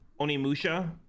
Onimusha